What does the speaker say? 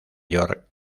york